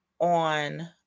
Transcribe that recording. on